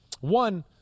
one